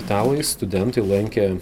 italai studentai lankė